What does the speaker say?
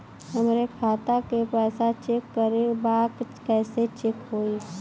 हमरे खाता के पैसा चेक करें बा कैसे चेक होई?